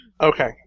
Okay